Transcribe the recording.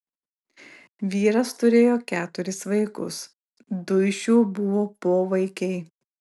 vyras turėjo keturis vaikus du iš jų buvo povaikiai